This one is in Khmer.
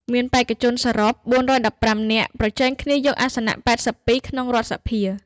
មានបេក្ខជនសរុប ៤១៥ នាក់ប្រជែងគ្នាយកអាសនៈ ៨២ នៅក្នុងរដ្ឋសភា។